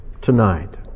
tonight